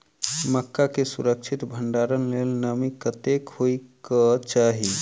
मक्का केँ सुरक्षित भण्डारण लेल नमी कतेक होइ कऽ चाहि?